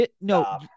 No